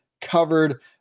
covered